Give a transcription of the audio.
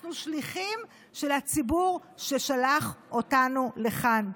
אנחנו שליחים של הציבור ששלח אותנו לכאן.